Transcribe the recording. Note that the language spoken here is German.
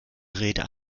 rede